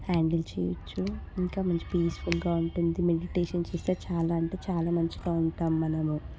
handle చేయచ్చు ఇంకా మంచి పీస్ఫుల్గా ఉంటుంది మెడిటేషన్ చేస్తే చాలా అంటే చాలా మంచిగా ఉంటాం మనము